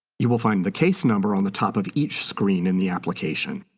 you will find the case number on the top of each screen in the application.